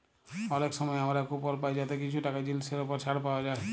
অলেক সময় আমরা কুপল পায় যাতে কিছু টাকা জিলিসের উপর ছাড় পাউয়া যায়